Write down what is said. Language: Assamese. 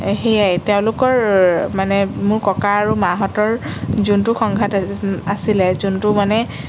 সেয়াই তেওঁলোকৰ মানে মোৰ ককা আৰু মাহঁতৰ যোনটো সংঘাত আ আছিলে যোনটো মানে